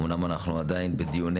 אומנם אנחנו עדיין בדיון